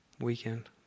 weekend